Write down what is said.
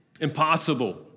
Impossible